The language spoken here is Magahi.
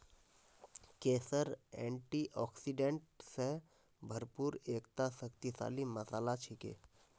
केसर एंटीऑक्सीडेंट स भरपूर एकता शक्तिशाली मसाला छिके